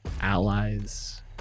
allies